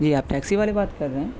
جی آپ ٹیکسی والے بات کر رہے ہیں